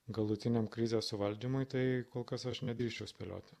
galutiniam krizės suvaldymui tai kol kas aš nedrįsčiau spėlioti